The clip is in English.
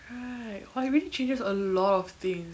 right !wah! it really changes a lot of things